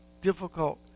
difficult